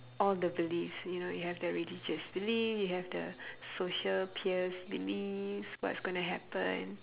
all the beliefs you know you have the religious belief you have the social peers beliefs what's gonna happen